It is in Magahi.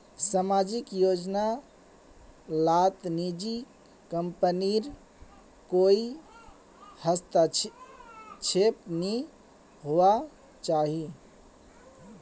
सामाजिक योजना लात निजी कम्पनीर कोए हस्तक्षेप नि होवा चाहि